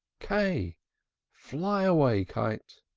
k fly away, kite!